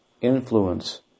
influence